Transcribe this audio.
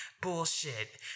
bullshit